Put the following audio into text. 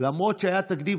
למרות שהיה תקדים,